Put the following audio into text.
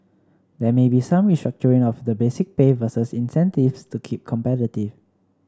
there may be some restructuring of the basic pay versus incentives to keep competitive